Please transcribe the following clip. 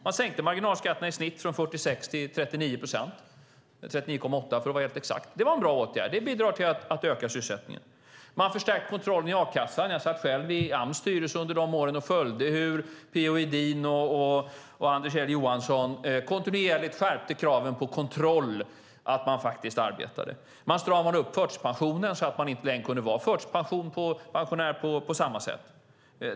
De sänkte marginalskatterna från i snitt 46 procent till 39,8 procent. Det var en bra åtgärd. Det bidrar till att öka sysselsättningen. De förstärkte kontrollen i a-kassan. Jag satt själv i Ams styrelse under dessa år och följde hur P.-O. Edin och Anders L. Johansson kontinuerligt skärpte kraven på kontroll av att människor faktiskt arbetade. De stramade upp förtidspensionerna så att man inte längre kunde vara förtidspensionär på samma sätt.